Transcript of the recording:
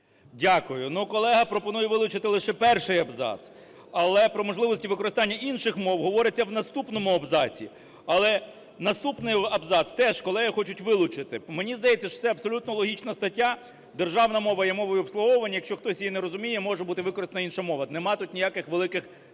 Дякую. Ну, колега пропонує вилучити лише перший абзац, але про можливості використання інших мов говориться в наступному абзаці. Але наступний абзац теж колеги хочуть вилучити. Мені здається, що це абсолютно логічна стаття, державна мова є мовою обслуговування. Якщо хтось її не розуміє, може бути використана інша мова. Нема тут ніяких великих